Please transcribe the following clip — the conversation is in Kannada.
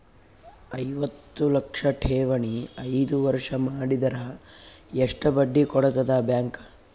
ಐವತ್ತು ಲಕ್ಷ ಠೇವಣಿ ಐದು ವರ್ಷ ಮಾಡಿದರ ಎಷ್ಟ ಬಡ್ಡಿ ಕೊಡತದ ಬ್ಯಾಂಕ್?